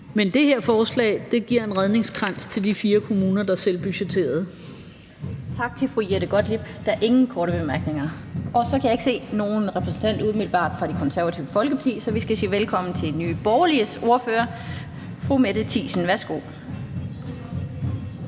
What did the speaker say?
Men det her forslag er en redningskrans til de fire kommuner, der selvbudgetterede. Kl. 16:23 Den fg. formand (Annette Lind): Tak til fru Jette Gottlieb. Der er ingen korte bemærkninger. Og så kan jeg ikke umiddelbart se nogen repræsentant for Det Konservative Folkeparti, så vi skal sige velkommen til Nye Borgerliges ordfører, fru Mette Thiesen. Værsgo.